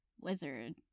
wizard